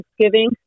Thanksgiving